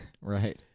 Right